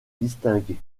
distinguer